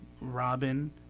Robin